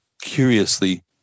curiously